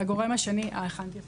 הגורם השני הוא